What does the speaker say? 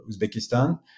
Uzbekistan